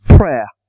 Prayer